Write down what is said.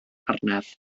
arnaf